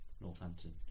Northampton